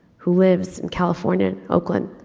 who lives in california, oakland.